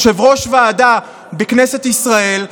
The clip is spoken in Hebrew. יושב-ראש ועדה בכנסת ישראל,